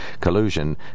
collusion